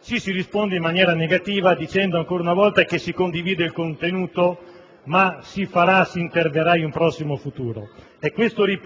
si risponde in maniera negativa, dicendo ancora una volta che si condivide il contenuto ma si interverrà in un prossimo futuro. Èquanto avvenuto